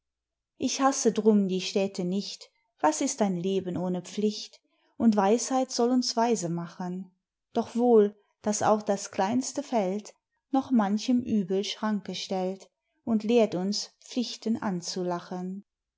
ich hasse drum die städte nicht was ist ein leben ohne pflicht und weisheit soll uns weise machen doch wohl dass auch das kleinste feld noch manchem übel schranke stellt und lehrt uns pflichten anzulachen und